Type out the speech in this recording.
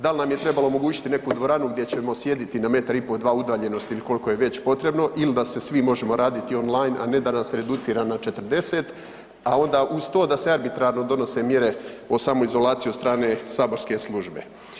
Da li nam je trebalo omogućiti neku dvoranu gdje ćemo sjediti na metar i po, dva udaljenosti il koliko je već potrebno il da se svi možemo raditi online, a ne da nas reducira na 40, a onda uz to da se arbitrarno donose mjere o samoizolaciji od strane saborske službe.